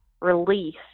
release